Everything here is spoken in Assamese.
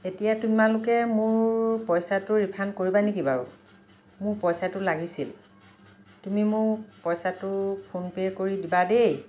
এতিয়া তোমালোকে মোৰ পইচাটো ৰিফাণ্ড কৰিবা নেকি বাৰু মোৰ পইচাটো লাগিছিল তুমি মোক পইচাটো ফোন পে কৰি দিবা দেই